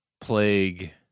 plague